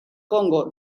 congo